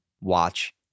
watch